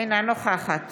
אינה נוכחת